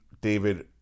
David